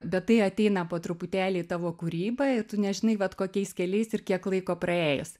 bet tai ateina po truputėlį tavo kūryba ir tu nežinai vat kokiais keliais ir kiek laiko praėjus